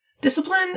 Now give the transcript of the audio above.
Discipline